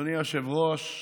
אדוני היושב-ראש,